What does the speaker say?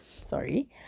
sorry